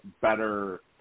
better